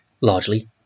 largely